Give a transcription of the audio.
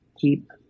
keep